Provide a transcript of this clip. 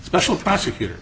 special prosecutor